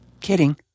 Kidding